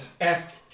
Ask